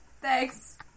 Thanks